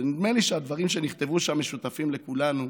ונדמה לי שהדברים שנכתבו שם משותפים לכולנו,